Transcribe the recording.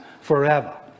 forever